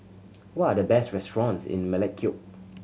what are the best restaurants in Melekeok